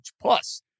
Plus